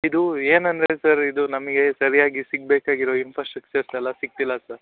ಇದು ಏನಂದರೆ ಸರ್ ಇದು ನಮಗೆ ಸರಿಯಾಗಿ ಸಿಗಬೇಕಾಗಿರುವ ಇನ್ಫ್ರಾಸ್ಟ್ರಕ್ಚರ್ಸ್ ಎಲ್ಲ ಸಿಗ್ತಿಲ್ಲ ಸರ್